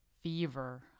fever